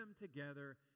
together